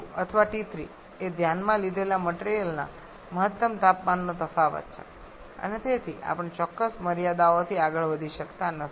T2 અથવા T3 એ ધ્યાનમાં લીધેલા મટરીયલના મહત્તમ તાપમાનનો તફાવત છે અને તેથી આપણે ચોક્કસ મર્યાદાઓથી આગળ વધી શકતા નથી